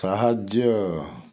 ସାହାଯ୍ୟ